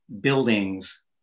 buildings